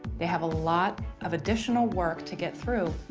they have a lot of additional work to get through,